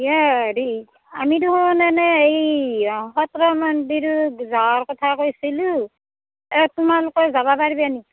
কি এ হেৰি আমি দেখোন এনেই এই খটৰা মন্দিৰ যোৱাৰ কথা কৈছিলোঁ এই তোমালোকে যাব পাৰিবা নেকি